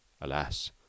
Alas